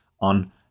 on